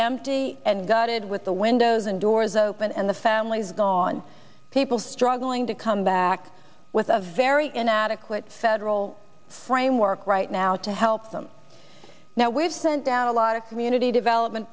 empty and gutted with the windows and doors and the families go on people struggling to come back with a very inadequate federal framework right now to help them now we've sent out a lot of community development